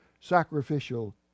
sacrificial